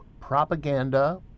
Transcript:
propaganda